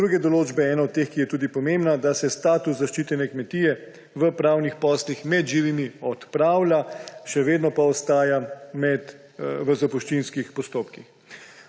druge določbe. Ena od teh, ki je tudi pomembna, je, da se status zaščitene kmetije v pravnih poslih med živimi odpravlja, še vedno pa ostaja v zapuščinskih postopkih.